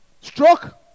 Stroke